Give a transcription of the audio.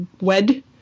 wed